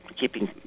keeping